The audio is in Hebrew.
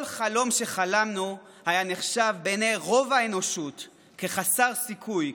כל חלום שחלמנו היה נחשב בעיני רוב האנושות כחסר סיכוי,